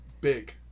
big